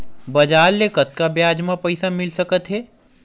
बजार ले कतका ब्याज म पईसा मिल सकत हे?